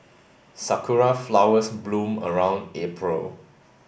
sakura flowers bloom around April